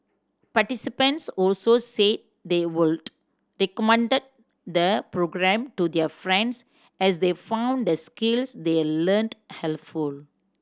participants also say they would recommended the programme to their friends as they found the skills they learnt helpful